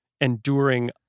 enduring